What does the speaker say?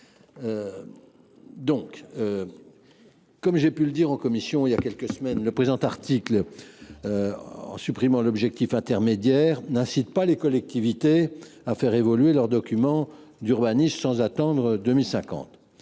clair. Comme je l’ai indiqué en commission il y a quelques semaines, l’article 2, en supprimant l’objectif intermédiaire, n’incite pas les collectivités à faire évoluer leurs documents d’urbanisme sans attendre 2050.